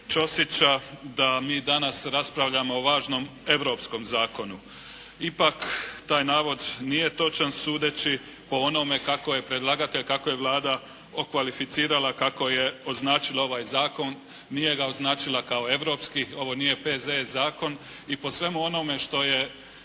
Ćosića da mi danas raspravljamo o važnom europskom zakonu. Ipak taj navod nije točan sudeći po onome kako je predlagatelj, kako je Vlada okvalificirala kako je označila ovaj zakon. Nije ga označila kao europski. Ovo nije P.Z.E. zakon i po svemu onome što je